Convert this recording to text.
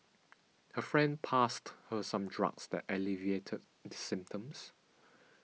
her friend passed her some drugs that alleviated the symptoms